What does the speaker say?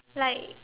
like